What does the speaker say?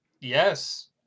Yes